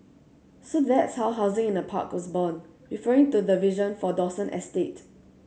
so that's how 'housing in a park' was born referring to the vision for Dawson estate